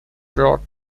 brought